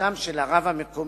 סמכותם של הרב המקומי